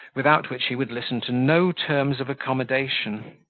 without which he would listen to no terms of accommodation.